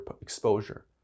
exposure